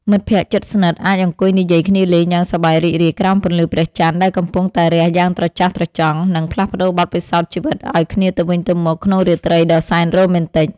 មិត្តភក្តិជិតស្និទ្ធអាចអង្គុយនិយាយគ្នាលេងយ៉ាងសប្បាយរីករាយក្រោមពន្លឺព្រះចន្ទដែលកំពុងតែរះយ៉ាងត្រចះត្រចង់ និង ផ្លាស់ប្តូរបទពិសោធន៍ជីវិតឱ្យគ្នាទៅវិញទៅមកក្នុងរាត្រីដ៏សែនរ៉ូមែនទិក។